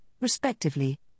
respectively